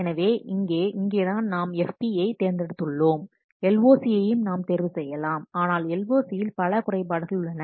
எனவே இங்கே தான் நாம் FP ஐ தேர்ந்தெடுத்துள்ளோம் LOC யையும் நாம் தேர்வு செய்யலாம் ஆனால் LOC இல் பல குறைபாடுகள் உள்ளன